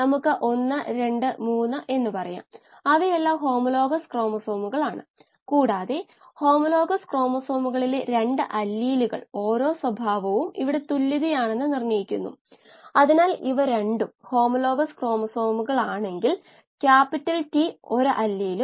നമ്മൾ ഇവിടെ എല്ലാ പോയിന്റുകളും ഉപയോഗിച്ചു ഇത് പരീക്ഷണാത്മക ഡാറ്റയാണ്